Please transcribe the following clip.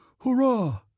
Hurrah